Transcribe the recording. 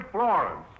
Florence